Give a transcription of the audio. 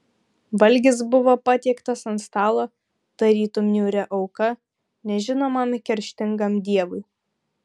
valgis buvo patiektas ant stalo tarytum niūri auka nežinomam kerštingam dievui